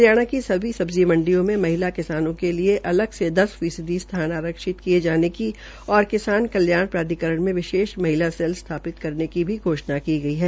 हरियाणा की सभी सभी सबजी मंडियों में महिला किसानों के लिए अलग से दस फीसदी स्थान आरक्षित किये जाने और किसान कल्याण प्राधिकरण में विशेष महिला सेल स्थापित करने की घोषणा की गई है